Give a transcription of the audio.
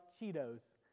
Cheetos